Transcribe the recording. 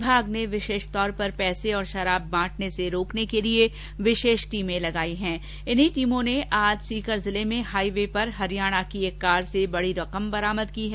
विभाग ने विशेष तौर पर पैसे और शराब बांटने से रोकने के लिए विशेष टीमें लगाई गई हैं इन्हीं टीमों ने आज सीकर जिले में हाईवे पर हरियाणा की एक कार से बड़ी रकम बरामद की है